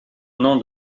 nom